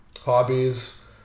Hobbies